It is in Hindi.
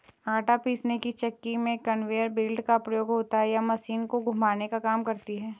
आटा पीसने की चक्की में कन्वेयर बेल्ट का प्रयोग होता है यह मशीन को घुमाने का काम करती है